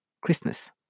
Christmas